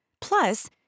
Plus